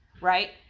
right